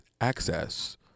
access